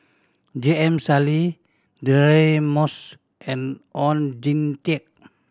J M Sali Deirdre Moss and Oon Jin Teik